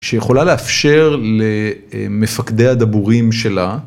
שיכולה לאפשר ל.. אהה.. מפקדי הדבורים שלה.